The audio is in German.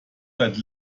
seit